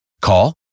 Call